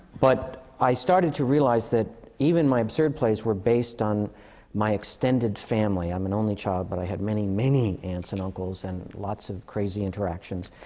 but i started to realize that even my absurd plays were based on my extended family. i'm an only child, but i have many, many aunts and uncles, and lots of crazy interactions.